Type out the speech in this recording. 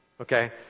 Okay